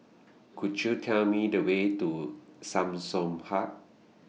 Could YOU Tell Me The Way to Samsung Hub